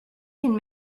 can